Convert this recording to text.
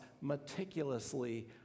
meticulously